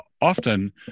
often